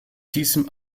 diesem